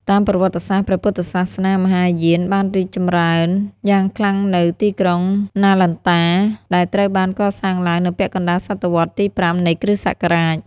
តាមប្រវត្តិសាស្ត្រ ព្រះពុទ្ធសាសនាមហាយានបានរីកចម្រើនយ៉ាងខ្លាំងនៅ ទីក្រុងនាលន្តា ដែលត្រូវបានកសាងឡើងនៅពាក់កណ្តាលសតវត្សរ៍ទី ៥ នៃគ.ស.។